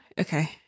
okay